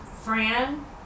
Fran